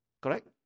Correct